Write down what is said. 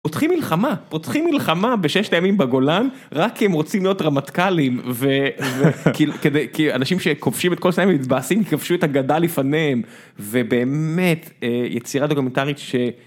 פותחים מלחמה, פותחים מלחמה בששת הימים בגולן רק כי הם רוצים להיות רמטכ"לים וכדי, כי אנשים שכובשים את כל סיני ומתבאסים כי כבשו את הגדה לפניהם, ובאמת, יצירה דוקומנטרית ש...